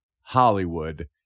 Hollywood